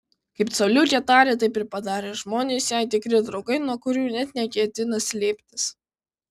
kaip coliukė tarė taip ir padarė žmonės jai tikri draugai nuo kurių net neketina slėptis